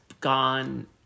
gone